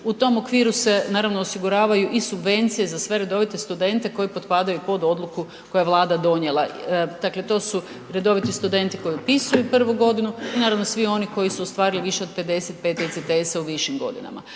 U tom okviru se, naravno, osiguravanja i subvencije za sve redovite studente koji potpadaju pod odluku koju je Vlada donijela. Dakle, to su redoviti studenti koji upisuju 1. godinu i naravno svi oni koji su ostvarili više od 55 ECTS-a u višim godinama.